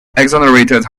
exonerated